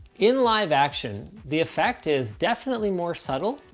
in live-action the effect is definitely more subtle,